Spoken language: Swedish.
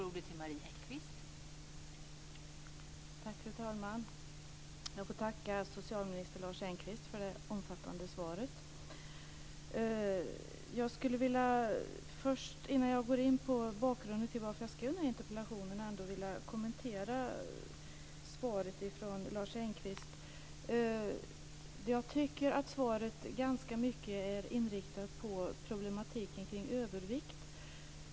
Fru talman! Jag får tacka socialminister Lars Engqvist för det omfattande svaret. Innan jag går in på bakgrunden till att jag skrev interpellationen skulle jag vilja kommentera svaret från Lars Engqvist. Jag tycker att det ganska mycket är inriktat på problematiken kring övervikt.